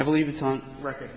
i believe it's on record